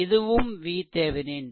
இதுவும் VThevenin